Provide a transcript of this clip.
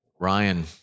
Ryan